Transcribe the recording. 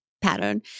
pattern